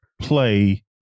play